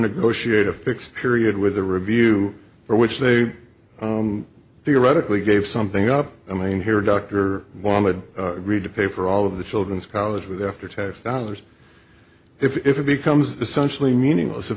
negotiate a fixed period with a review for which they theoretically gave something up i mean here doctor wanted reid to pay for all of the children's college with after tax dollars if it becomes essentially meaningless